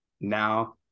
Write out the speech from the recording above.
now